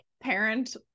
parent